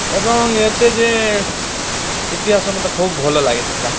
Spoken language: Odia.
ଏବଂ ଏତେ ଯେ ଇତିହାସ ମୋତେ ଖୁବ୍ ଭଲ ଲାଗିଥିଲା